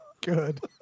Good